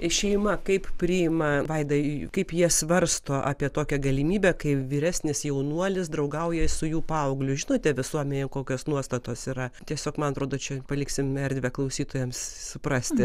šeima kaip priima vaida kaip jie svarsto apie tokią galimybę kai vyresnis jaunuolis draugauja su jų paaugliu žinote visuomenėje kokios nuostatos yra tiesiog man atrodo čia paliksim erdvę klausytojams suprasti